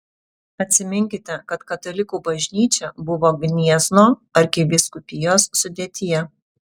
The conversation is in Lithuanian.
atsiminkite kad katalikų bažnyčia buvo gniezno arkivyskupijos sudėtyje